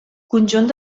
conjunt